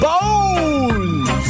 Bones